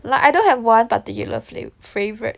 like I don't have one particular flav~ favourite